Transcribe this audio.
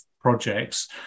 projects